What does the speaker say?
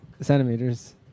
centimeters